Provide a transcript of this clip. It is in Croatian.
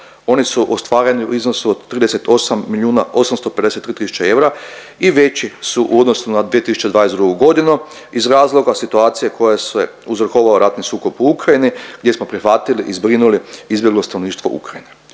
oni su ostvareni u iznosu od 38 milijuna 853 tisuće eura i veći su u odnosu na 2022. godinu iz razloga situacije koja se uzrokovao ratni sukob u Ukrajini gdje smo prihvatili i zbrinuli izbjeglo stanovništvo Ukrajine.